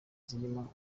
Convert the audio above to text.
zirimo